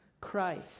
Christ